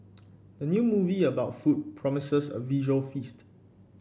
the new movie about food promises a visual feast